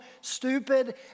stupid